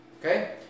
Okay